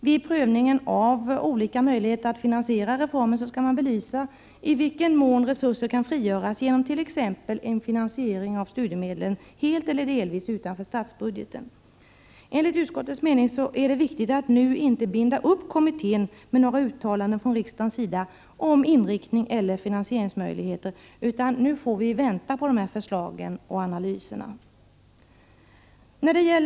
Vid prövningen av olika möjligheter att finansiera reformen skall man belysa i vilken mån resurser kan frigöras genom t.ex. en finansiering av studiemedlen helt eller delvis utanför statsbudgeten. Enligt utskottets mening är det viktigt att nu inte binda upp kommittén med några uttalanden från riksdagens sida om inriktning eller finansieringsmöjligheter, utan vi får vänta på kommitténs förslag och analyser.